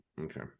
okay